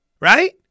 Right